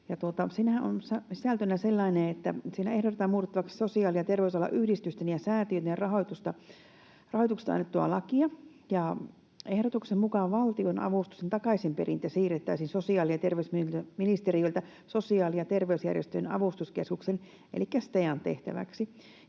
Siinähän on sisältönä sellainen, että siinä ehdotetaan muutettavaksi sosiaali- ja terveysalan yhdistysten ja säätiöiden rahoituksesta annettua lakia ja ehdotuksen mukaan valtionavustusten takaisinperintä siirrettäisiin sosiaali- ja terveysministeriöltä Sosiaali- ja terveysjärjestöjen avustuskeskuksen elikkä STEAn tehtäväksi.